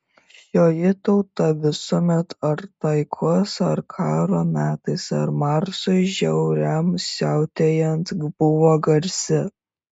šioji tauta visuomet ar taikos ar karo metais ar marsui žiauriam siautėjant buvo garsi